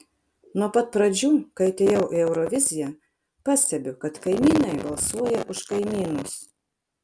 nuo pat pradžių kai atėjau į euroviziją pastebiu kad kaimynai balsuoja už kaimynus